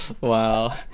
Wow